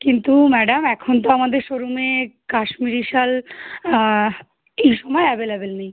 কিন্তু ম্যাডাম এখন তো আমাদের শোরুমে কাশ্মীরি সাল এই সময় অ্যাভেলেবেল নেই